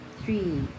three